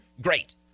great